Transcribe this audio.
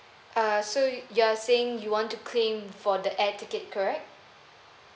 uh so you are saying you want to claim for the air ticket correct